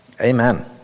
Amen